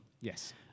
yes